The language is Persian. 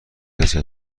کسی